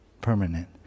permanent